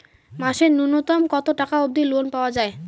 মাসে নূন্যতম কতো টাকা অব্দি লোন পাওয়া যায়?